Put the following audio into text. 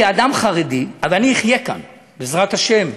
כאדם חרדי אני אחיה כאן, בעזרת השם,